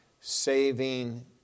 saving